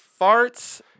Farts